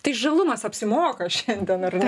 tai žalumas apsimoka šiandien ar ne